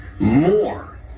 More